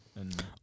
and-